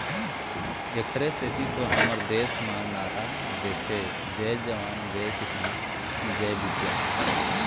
एखरे सेती तो हमर देस म नारा देथे जय जवान, जय किसान, जय बिग्यान